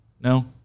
No